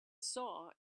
saw